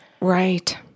Right